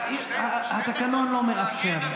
התקנון לא מאפשר.